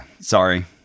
Sorry